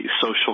social